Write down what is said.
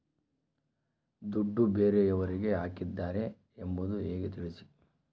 ದುಡ್ಡು ಬೇರೆಯವರಿಗೆ ಹಾಕಿದ್ದಾರೆ ಎಂಬುದು ಹೇಗೆ ತಿಳಿಸಿ?